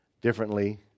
differently